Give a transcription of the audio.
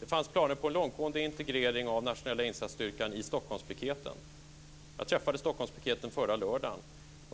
Det fanns planer på långtgående integrering av den nationella insatsstyrkan i Stockholmspiketen. Jag träffade representanter för Stockholmspiketen förra lördagen.